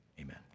amen